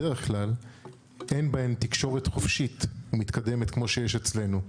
אין בהם תקשורת חופשית ומתקדמת כמו שיש אצלנו.